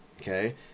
okay